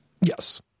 Yes